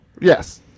Yes